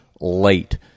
late